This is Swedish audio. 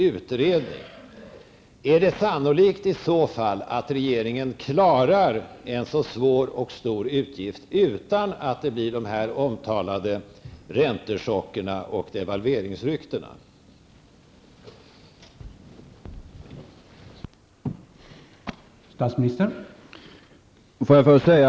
Är det i så fall sannolikt att regeringen klarar en så svår och stor utgift utan att de omtalade räntechockerna och devalveringsryktena uppstår?